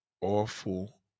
Awful